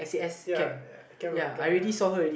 ya I cannot look at the camera